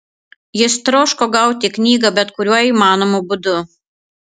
jis troško gauti knygą bet kuriuo įmanomu būdu